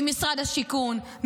ממשרד השיכון,